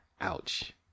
Ouch